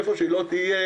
איפה שהיא לא תהיה,